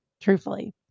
truthfully